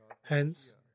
Hence